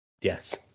Yes